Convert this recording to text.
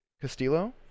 Castillo